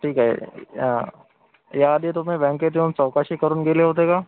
ठीक आहे याआधी तुम्ही बँकेत येऊन चौकशी करून गेले होते का